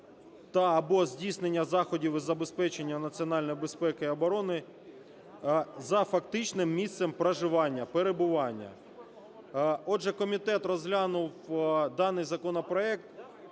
та/або здійснення заходів із забезпечення національної безпеки і оборони, за фактичним місцем проживання, перебування. Отже, комітет розглянув даний законопроект.